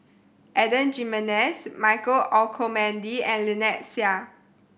Adan Jimenez Michael Olcomendy and Lynnette Seah